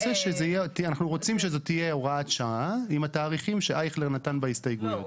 אנחנו רוצים שזאת תהיה הוראת שעה עם התאריכים שאייכלר נתן בהסתייגויות.